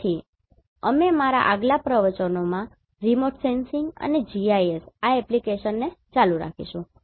તેથી અમે મારા આગલા પ્રવચનોમાં રિમોટ સેન્સિંગ અને GIS આ એપ્લિકેશનને ચાલુ રાખીશું